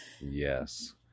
Yes